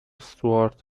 stuart